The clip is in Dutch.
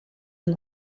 een